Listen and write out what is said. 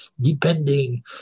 depending